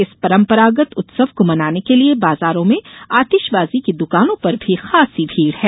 इस परंपरागत उत्सव को मनाने के लिए बाजारों में आतिशबाजी की दुकानों पर भी खासी भीड़ है